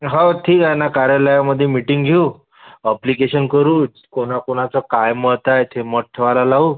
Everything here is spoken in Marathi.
हो ठीक आहे ना कार्यालयामध्ये मीटिंग घेऊ अप्लिकेशन करू कोणाकोणाचं काय मत आहे ते मत ठेवायला लावू